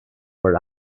were